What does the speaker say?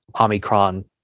Omicron